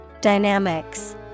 Dynamics